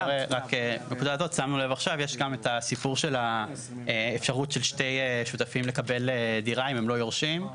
שמנו לב עכשיו שיש גם אפשרות לשני שותפים לקבל דירה אם הם לא יורשים.